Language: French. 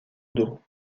d’eau